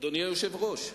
אדוני היושב-ראש,